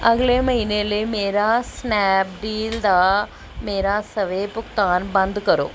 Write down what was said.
ਅਗਲੇ ਮਹੀਨੇ ਲਈ ਮੇਰਾ ਸਨੈਪਡੀਲ ਦਾ ਮੇਰਾ ਸਵੈ ਭੁਗਤਾਨ ਬੰਦ ਕਰੋ